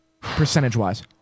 percentage-wise